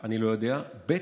אני לא יודע, ב.